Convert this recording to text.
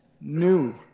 new